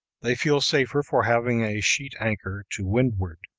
they feel safer for having a sheet-anchor to windward